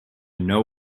know